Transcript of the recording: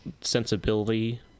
sensibility